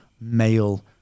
male